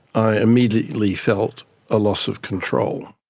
i immediately felt a loss of control.